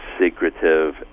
secretive